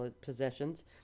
possessions